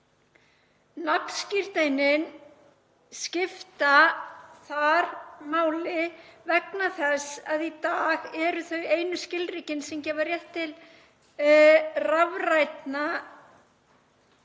Nafnskírteinin skipta þar máli vegna þess að í dag eru þau meðal þeirra skilríkja sem gefa rétt til rafrænna